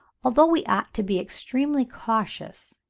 although we ought to be extremely cautious,